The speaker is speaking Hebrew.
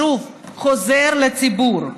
שוב, חוזר לציבור.